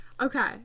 Okay